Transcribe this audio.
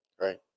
Right